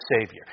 Savior